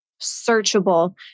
searchable